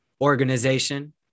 organization